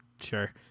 sure